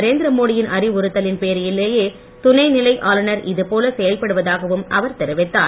நரேந்திர மோடி யின் அறிவுறுத்தலின் பேரிலேயே துணைநிலை ஆளுனர் இதுபோல செயல்படுவதாகவும் அவர் தெரிவித்தார்